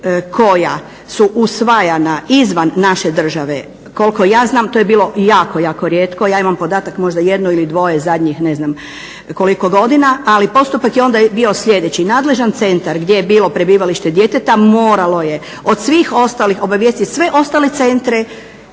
koja su usvajana izvan naše države koliko ja znam to je bilo jako, jako rijetko. Ja imam podatak možda jedno ili dvoje zadnjih ne znam koliko godina, ali postupak je onda bio sljedeći. Nadležan centar gdje je bilo prebivalište djeteta moralo je od svih ostalih obavijestiti sve ostale centre